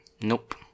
Nope